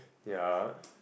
ya